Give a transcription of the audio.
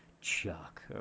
Chuck